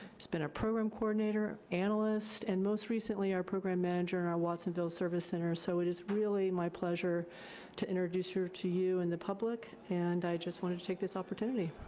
has been a program coordinator, analyst, and most recently our program manager at our watsonville service center. so, it is really my pleasure to introduce her to you and the public, and i just wanted to take this opportunity,